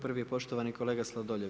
Prvi je poštovani kolega Sladoljev.